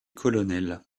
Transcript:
colonel